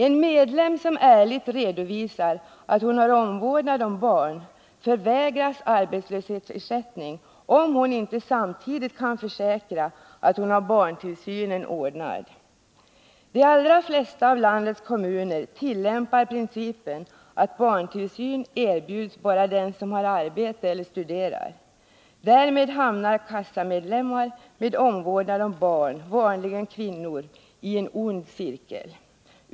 En medlem som ärligt redovisar att hon har omvårdnad om barn förvägras arbetslöshetsersättning om hon inte samtidigt kan försäkra att hon har barntillsyn ordnad. De allra flesta av landets kommuner tillämpar principen att barntillsyn erbjuds bara den som har ett arbete eller studerar. Därmed hamnar kassamedlemmar med omvårdnad om barn, vanligen kvinnor, i en ond cirkel.